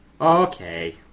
Okay